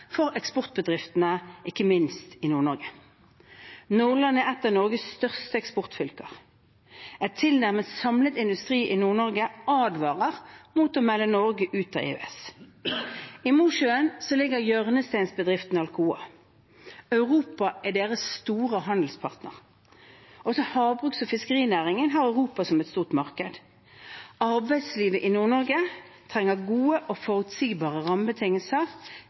for eksportbedriftene, ikke minst i Nord-Norge. Nordland er et av Norges største eksportfylker. En tilnærmet samlet industri i Nord-Norge advarer mot å melde Norge ut av EØS. I Mosjøen ligger hjørnestensbedriften Alcoa. Europa er deres store handelspartner. Også havbruks- og fiskerinæringen har Europa som et stort marked. Arbeidslivet i Nord-Norge trenger gode og forutsigbare rammebetingelser.